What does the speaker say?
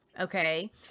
Okay